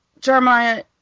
Jeremiah